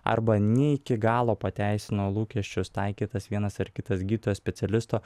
arba ne iki galo pateisino lūkesčius taikytas vienas ar kitas gydytojo specialisto